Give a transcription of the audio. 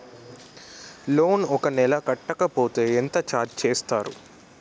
Loan ఒక నెల కట్టకపోతే ఎంత ఛార్జ్ చేస్తారు?